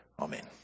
Amen